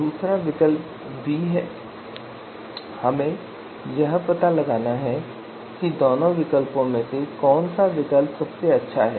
दूसरा विकल्प B है और हमें यह पता लगाना है कि इन दोनों विकल्पों में से कौन सा विकल्प सबसे अच्छा है